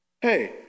Hey